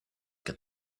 can